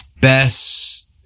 best